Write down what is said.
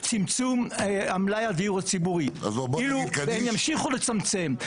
צמצום מלאי הדיור הציבורי והם ימשיכו לצמצם.